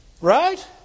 Right